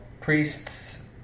priests